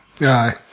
aye